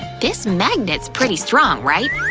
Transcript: this magnet's pretty strong, right?